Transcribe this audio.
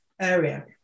area